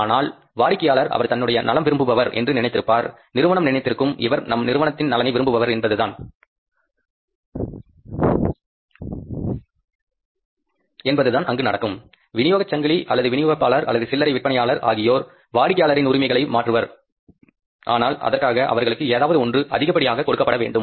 ஆனால் வாடிக்கையாளர் அவர் தன்னுடைய நலம் விரும்புபவர் என்று நினைத்திருப்பார் நிறுவனம் நினைத்திருக்கும் இவர் நம் நிறுவனத்தில் நலனை விரும்புபவர் என்பதுதான் அங்கு நடக்கும் விநியோகச் சங்கிலி அல்லது விநியோகிப்பாளர் அல்லது சில்லரை விற்பனையாளர் ஆகியோர் வாடிக்கையாளரின் உரிமைகளை மாற்றுவர் ஆனால் அதற்காக அவர்களுக்கு ஏதாவது ஒன்று அதிகப்படியாக கொடுக்கப்பட வேண்டும்